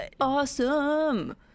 awesome